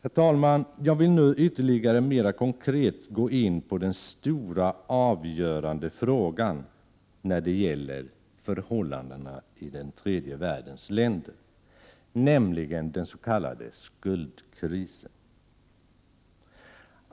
Herr talman! Jag vill nu mera konkret gå in på den stora och avgörande frågan när det gäller förhållandena i tredje världens länder, nämligen den s.k. skuldkrisen.